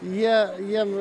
jie jiem